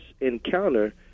encounter